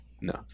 no